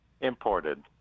imported